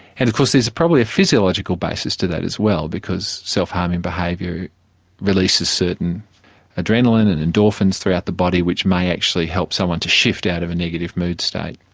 and of course there's probably a physiological basis to that as well because self harming behaviour releases certain adrenalin and endorphins throughout the body which may actually help someone to shift out of a negative mood state.